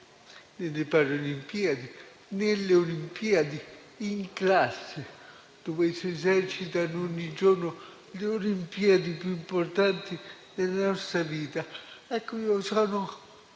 nelle paralimpiadi e nelle olimpiadi, in classe, dove si esercitano ogni giorno le olimpiadi più importanti della nostra vita. Ecco, io sono